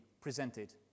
presented